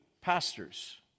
pastors